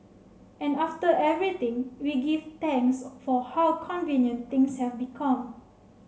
and after everything we give thanks for how convenient things have become